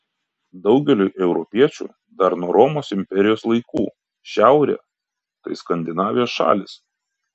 daugeliui europiečių dar nuo romos imperijos laikų šiaurė tai skandinavijos šalys